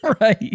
Right